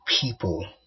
people